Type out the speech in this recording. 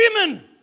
women